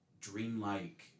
dreamlike